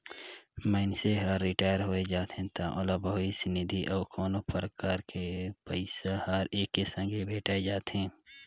मइनसे हर रिटायर होय जाथे त ओला भविस्य निधि अउ कोनो परकार के पइसा हर एके संघे भेंठाय जाथे